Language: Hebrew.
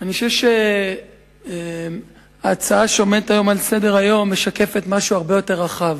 אני חושב שההצעה שעומדת היום על סדר-היום משקפת משהו הרבה יותר רחב.